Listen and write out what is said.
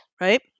right